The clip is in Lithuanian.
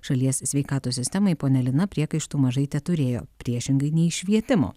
šalies sveikatos sistemai ponia lina priekaištų mažai teturėjo priešingai nei švietimo